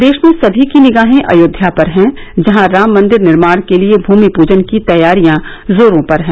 प्रदेश में सभी की निगाहें अयोध्या पर हैं जहां राम मंदिर निर्माण के लिए भ्रमि पूजन की तैयारियां जोरों पर हैं